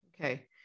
Okay